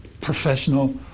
professional